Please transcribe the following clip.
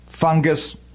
fungus